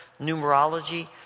numerology